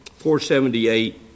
478